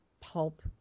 pulp